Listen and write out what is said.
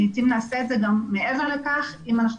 לעתים נעשה את זה גם מעבר לכך אם אנחנו